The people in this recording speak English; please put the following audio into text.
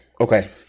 okay